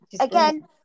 again